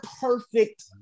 perfect